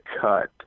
cut